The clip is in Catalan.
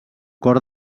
cor